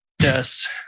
Yes